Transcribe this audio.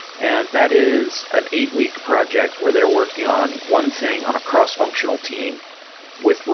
and that is an eight-week project where they're working on one thing on a cross-functional team with,